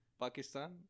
Pakistan